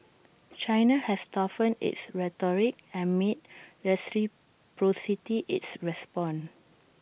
China has toughened its rhetoric and made reciprocity its response